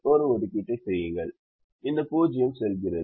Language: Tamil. ஒரு ஒதுக்கீட்டை செய்யுங்கள் இந்த 0 செல்கிறது